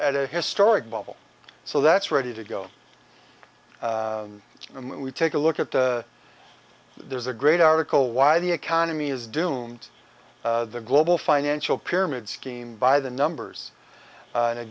at a historic bubble so that's ready to go and we take a look at the there's a great article why the economy is doomed the global financial pyramid scheme by the numbers